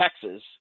texas